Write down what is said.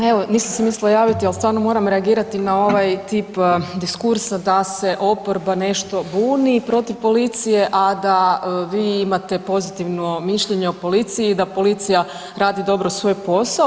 Ma evo nisam se mislila javiti, ali stvarno moram reagirati na ovaj tip diskursa da se oporba nešto buni protiv policije, a da vi imate pozitivno mišljenje o policiji da policija radi dobro svoj posao.